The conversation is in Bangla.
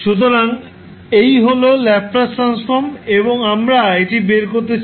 সুতরাং এই হল ল্যাপ্লাস ট্রান্সফর্ম এবং আমরা এটি বের করতে চাই